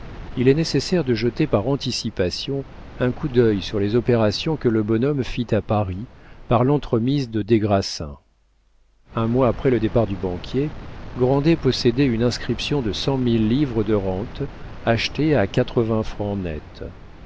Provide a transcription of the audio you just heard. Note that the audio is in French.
il est nécessaire de jeter par anticipation un coup d'œil sur les opérations que le bonhomme fit à paris par l'entremise de des grassins un mois après le départ du banquier grandet possédait une inscription de cent mille livres de rente achetée à quatre-vingts francs net